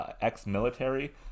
ex-military